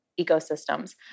ecosystems